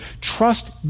Trust